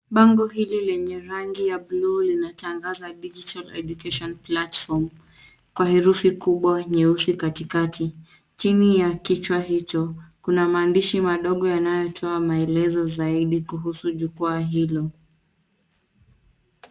Bango hili lenye rangi ya buluu linatangaza digital education platform kwa herufi kubwa nyeusi katikati. Chini ya kichwa hicho kuna maandishi madogo yanayotoa maelezo zaidi kuhusu jukwaa hilo.